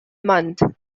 month